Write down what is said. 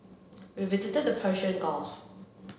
we visited the Persian Gulf